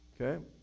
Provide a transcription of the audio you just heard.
okay